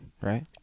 Right